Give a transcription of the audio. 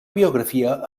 biografia